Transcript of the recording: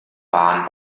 waren